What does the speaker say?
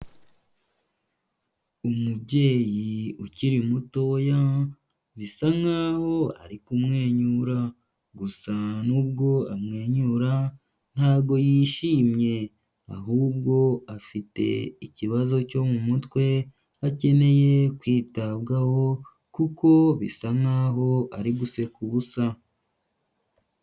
Umubyeyi ukiri mutoya bisa nkaho ari kumwenyura. Gusa nubwo amwenyura ntago yishimye ahubwo afite ikibazo cyo mu mutwe, akeneye kwitabwaho kuko bisa nkaho ari guseka ubusa.